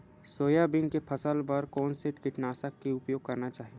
Soybean के फसल बर कोन से कीटनाशक के उपयोग करना चाहि?